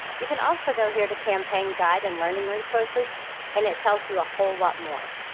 you can also go here to campaign guide and learning resources and it tells you a whole lot more.